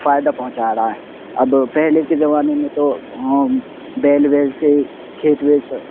فائدہ پہنچا رہا ہے اب پہلے کے زمانے میں تو بیل ویل سے کھیت ویت